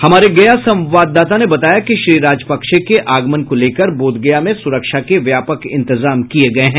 हमारे गया संवाददाता ने बताया कि श्री राजपक्षे के आगमन को लेकर बोधगया में सुरक्षा के व्यापक इंतजाम किये गये हैं